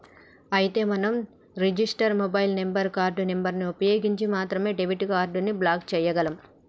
అయితే మనం register mobile number card number ని ఉపయోగించి మాత్రమే డెబిట్ కార్డు ని బ్లాక్ చేయగలం